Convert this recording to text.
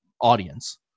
audience